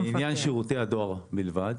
לעניין שירותי הדואר בלבד.